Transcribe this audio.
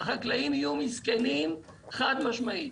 החקלאים יהיו מסכנים חד משמעית.